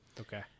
Okay